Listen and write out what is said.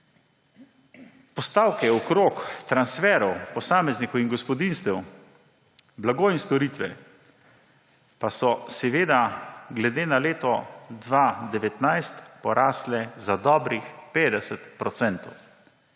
Postavke okrog transferov posameznikom in gospodinjstev, blago in storitve pa so seveda glede na leto 2019 porasle za dobrih 50